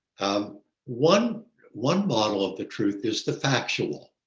um one one bottle of the truth is the factual.